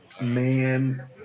Man